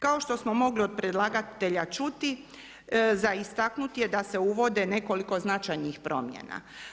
Kao što smo mogli od predlagatelja čuti za istaknuti je da se uvode nekoliko značajnih promjena.